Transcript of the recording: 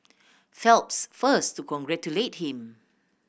Phelps first to congratulate him